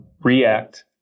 React